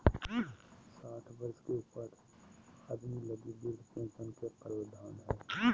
साठ वर्ष के ऊपर आदमी लगी वृद्ध पेंशन के प्रवधान हइ